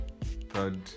third